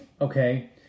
Okay